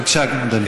בבקשה, אדוני.